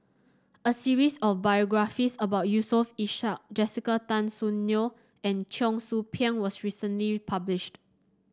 a series of biographies about Yusof Ishak Jessica Tan Soon Neo and Cheong Soo Pieng was recently published